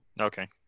Okay